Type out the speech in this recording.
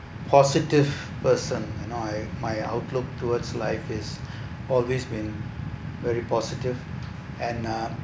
positive person you know I my outlook towards life is always been very positive and I